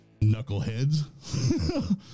knuckleheads